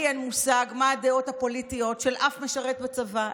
לי אין מושג מה הדעות הפוליטיות של אף משרת בצבא.